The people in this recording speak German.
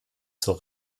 zur